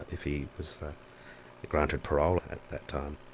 if he was granted parole at that time.